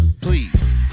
please